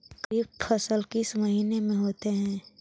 खरिफ फसल किस महीने में होते हैं?